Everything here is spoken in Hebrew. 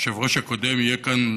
היושב-ראש הקודם, יהיה כאן,